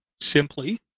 simply